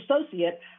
associate